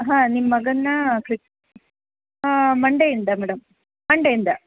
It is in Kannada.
ಹಾಂ ನಿಮ್ಮ ಮಗನ್ನ ಮಂಡೇಯಿಂದ ಮೇಡಮ್ ಮಂಡೇಯಿಂದ